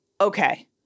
okay